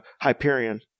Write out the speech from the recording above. Hyperion